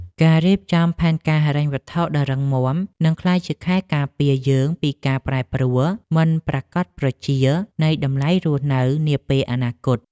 ការរៀបចំផែនការហិរញ្ញវត្ថុដ៏រឹងមាំនឹងក្លាយជាខែលការពារយើងពីការប្រែប្រួលមិនប្រាកដប្រជានៃតម្លៃរស់នៅនាពេលអនាគត។